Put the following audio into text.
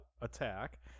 Attack